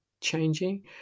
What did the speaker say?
changing